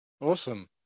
awesome